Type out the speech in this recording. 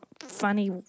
Funny